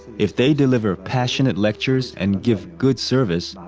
if they deliver passionate lectures and give good service,